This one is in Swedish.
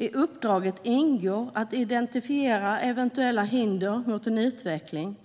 I uppdraget ingår att identifiera eventuella hinder för utveckling